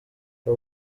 ubu